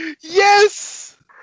Yes